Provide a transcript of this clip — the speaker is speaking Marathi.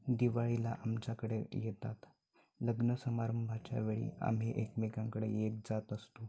दिवाळीला आमच्याकडे येतात लग्नसमारंभाच्या वेळी आम्ही एकमेकांकडे येत जात असतो